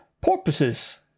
porpoises